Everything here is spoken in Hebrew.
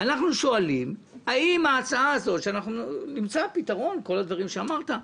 אנחנו שואלים על ההצעה הזו נמצא פתרון לכל הדברים שאמרת,